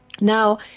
Now